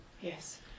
Yes